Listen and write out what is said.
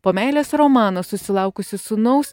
po meilės romano susilaukusi sūnaus